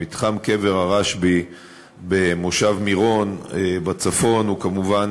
מתחם קבר הרשב"י במושב מירון בצפון נחשב כמובן